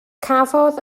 cafodd